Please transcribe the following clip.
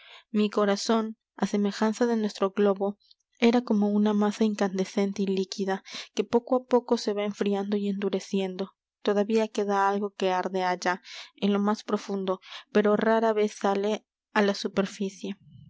mi corazón á semejanza de nuestro globo era como una masa incandescente y líquida que poco á poco se va enfriando y endureciendo todavía queda algo que arde allá en lo más profundo pero rara vez sale á la superficie